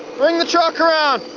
bring the truck around!